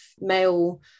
male